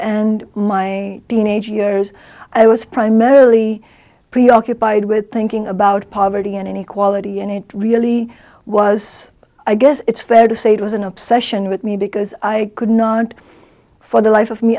and my teenage years i was primarily preoccupied with thinking about poverty and inequality and it really was i guess it's fair to say it was an obsession with me because i could not for the life of me